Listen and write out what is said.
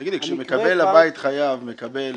תגיד לי, כשחייב מקבל